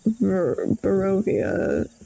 Barovia